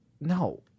no